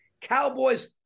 Cowboys